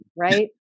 right